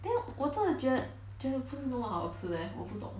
then 我真的觉觉得不是那么好吃 leh 我不懂